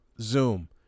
Zoom